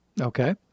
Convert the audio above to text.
Okay